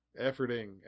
Efforting